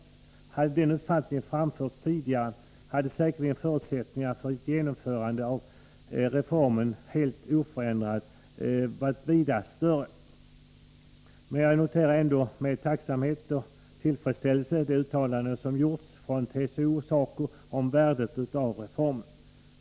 Hade den uppfattningen framförts tidigare, hade säkerligen förutsättningarna för ett genomförande av reformen helt oförändrad varit vida större. Jag noterar ändå med tacksamhet och tillfredsställelse det uttalande som gjorts från TCO och SACO om värdet av reformen.